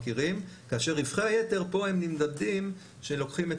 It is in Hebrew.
כאשר רווחי היתר פה הם נמדדים שלוקחים את